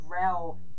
rail